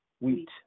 wheat